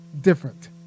different